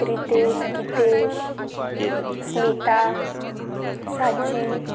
Ritesh Gitesh Smita Sachi